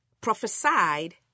prophesied